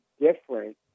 different